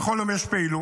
בכל יום יש פעילות